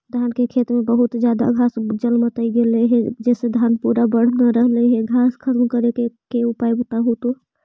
धान के खेत में बहुत ज्यादा घास जलमतइ गेले हे जेसे धनबा पुरा बढ़ न रहले हे घास खत्म करें के उपाय बताहु तो?